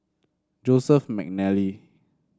Joseph McNally